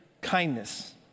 kindness